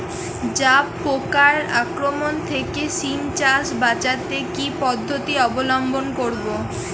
জাব পোকার আক্রমণ থেকে সিম চাষ বাচাতে কি পদ্ধতি অবলম্বন করব?